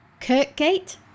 Kirkgate